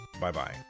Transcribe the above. Bye-bye